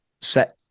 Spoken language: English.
set